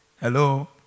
Hello